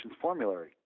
formulary